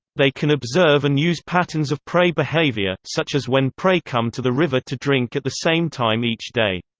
they can observe and use patterns of prey behaviour, such as when prey come to the river to drink at the same time each day.